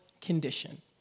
condition